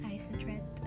Isotret